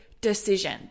decision